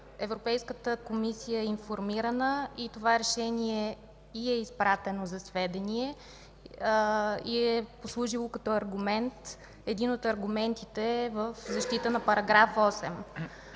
Европейската комисия е информирана и това решение й е изпратено за сведение. Послужило е като един от аргументите в защита на § 8.